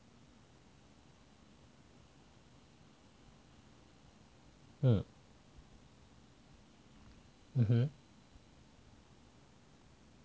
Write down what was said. mmhmm